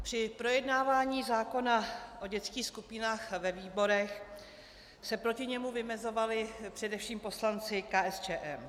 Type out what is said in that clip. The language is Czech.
Při projednávání zákona o dětských skupinách ve výborech se proti němu vymezovali především poslanci KSČM.